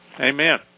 Amen